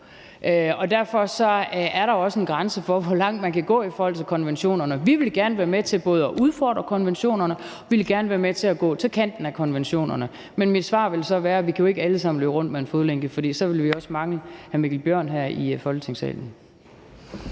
derfor er der også en grænse for, hvor langt man kan gå i forhold til konventionerne. Vi vil gerne være med til både at udfordre konventionerne og at gå til kanten af konventionerne. Men mit svar vil så være, at vi jo ikke alle sammen kan løbe rundt med en fodlænke, for så ville vi også mangle hr. Mikkel Bjørn her i Folketingssalen.